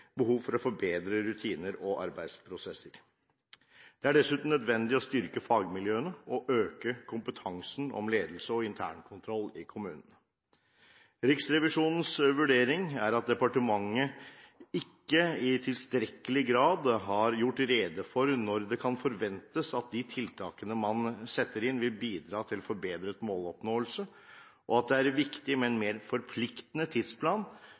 behov for å forbedre rutiner og arbeidsprosesser. Det er dessuten nødvendig å styrke fagmiljøene og øke kompetansen på ledelse og internkontroll i kommunene. Riksrevisjonens vurdering er at departementet ikke i tilstrekkelig grad har gjort rede for når det kan forventes at de tiltakene man setter inn, vil bidra til forbedret måloppnåelse, og at det er viktig med en mer forpliktende tidsplan